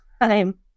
time